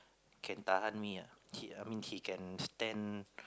can tahan me ah she I mean she can stand